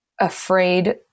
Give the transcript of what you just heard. afraid